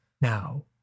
Now